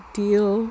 deal